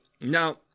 now